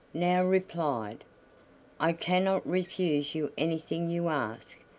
now replied i cannot refuse you anything you ask,